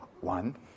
one